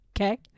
Okay